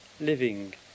living